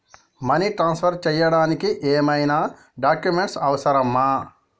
Money transfer చేయడానికి ఏమైనా documents అవసరమా?